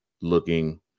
looking